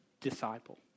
Disciple